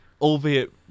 albeit